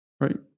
Right